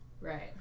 Right